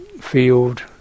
field